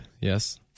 yes